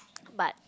but